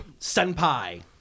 Senpai